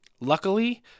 Luckily